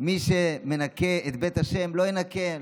מי שמנקה את בית ה' לא יינקה,